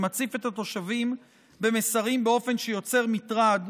שמציף את התושבים במסרים באופן שיוצר מטרד,